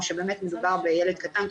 או שבאמת מדובר בילד קטן,